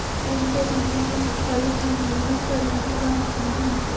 PhonePe company का मुख्यालय बेंगलुरु कर्नाटक भारत में है